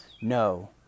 no